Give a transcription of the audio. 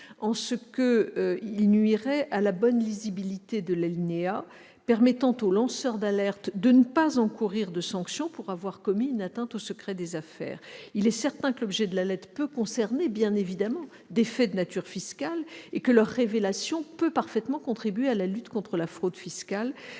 où elle nuirait à la bonne lisibilité de l'alinéa permettant aux lanceurs d'alerte de ne pas encourir de sanction pour avoir commis une atteinte au secret des affaires. Il est certain que l'objet de l'alerte peut concerner des faits de nature fiscale, et que leur révélation peut parfaitement contribuer à la lutte contre la fraude et